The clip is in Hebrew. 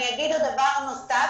אני אגיד דבר נוסף,